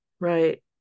Right